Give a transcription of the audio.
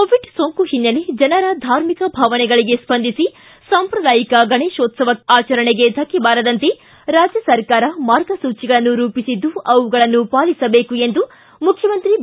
Covid ಸೋಂಕು ಹಿನ್ನೆಲೆ ಜನರ ಧಾರ್ಮಿಕ ಭಾವನೆಗಳಿಗೆ ಸ್ಪಂದಿಸಿ ಸಾಂಪ್ರದಾಯಿಕ ಗಣೇಶೋತ್ಸವ ಆಚರಣೆಗೆ ಧಕ್ಕೆ ಬಾರದಂತೆ ರಾಜ್ಯ ಸರ್ಕಾರ ಮಾರ್ಗಸೂಚಿಗಳನ್ನು ರೂಪಿಸಿದ್ದು ಅವುಗಳನ್ನು ಪಾಲಿಸಬೇಕು ಎಂದು ಮುಖ್ಯಮಂತ್ರಿ ಬಿ